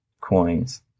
coins